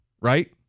right